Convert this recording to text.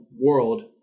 world